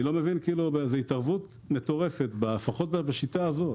אני לא מבין, זו התערבות מטורפת, לפחות בשיטה הזו.